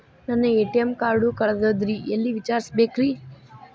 ನನ್ನ ATM card ಕಳದದ್ರಿ ಎಲ್ಲಿ ವಿಚಾರಿಸ್ಬೇಕ್ರಿ?